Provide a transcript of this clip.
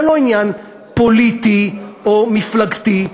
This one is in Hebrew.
וזה לא עניין פוליטי או מפלגתי,